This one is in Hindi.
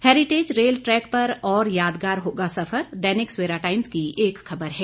हेरिटेज रेल ट्रैक पर और यादगार होगा सफर दैनिक सवेरा टाइम्स की एक खबर है